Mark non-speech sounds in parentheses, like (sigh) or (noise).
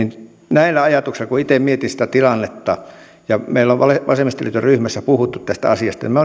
näillä ajatuksilla kun itse mietin sitä tilannetta ja meillä on vasemmistoliiton ryhmässä puhuttu tästä asiasta me (unintelligible)